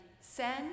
Send